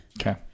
Okay